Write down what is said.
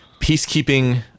peacekeeping